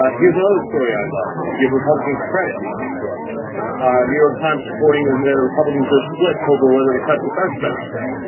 ah here's another story i'd love to give republicans credit on this one on new york times according to the republicans are split over whether to cut defense spending and